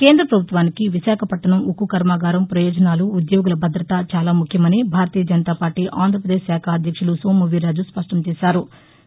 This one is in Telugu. కేంద్ర ప్రభుత్వానికి విశాఖపట్టణం ఉక్కు కర్శాగారం ప్రయోజనాలు ఉద్యోగుల భద్రత చాలా ముఖ్యమని భారతీయ జనతాపార్టీ ఆంధ్రప్రదేశ్ శాఖ అధ్యక్షులు సోము వీరాజు స్పష్టం చేశారు